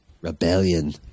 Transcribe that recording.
rebellion